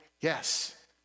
yes